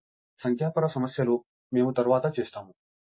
కాబట్టి సంఖ్యాపర సమస్యలు మేము తరువాత చేస్తాము